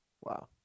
Wow